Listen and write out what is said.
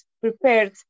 prepared